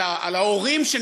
על ההורים,